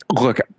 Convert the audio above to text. Look